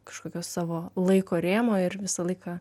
kažkokio savo laiko rėmo ir visą laiką